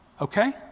Okay